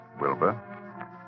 Wilbur